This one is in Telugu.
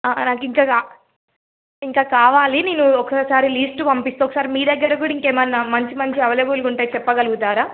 నాకు ఇంకా ఇంకా కావాలి నేను ఒకసారి లిస్టు పంపిస్తాను ఒకసారి మీ దగ్గర కూడా ఇంకా ఏమన్నా మంచి మంచి అవైలబుల్గా ఉంటే చెప్పగలుగుతారా